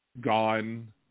gone